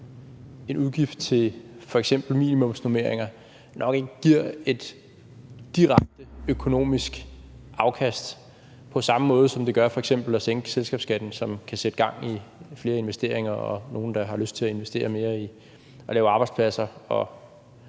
en udgift til f.eks. minimumsnormeringer nok ikke giver et direkte økonomisk afkast, på samme måde som det f.eks. gør at sænke selskabsskatten, så man kan sætte gang i flere investeringer og nogle endda får lyst til at investere mere i at lave arbejdspladser og